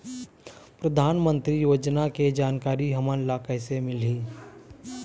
परधानमंतरी योजना के जानकारी हमन ल कइसे मिलही?